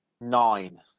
Nine